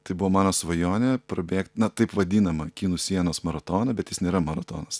tai buvo mano svajonė prabėgt na taip vadinamą kinų sienos maratoną bet jis nėra maratonas